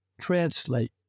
translate